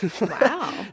wow